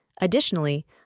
Additionally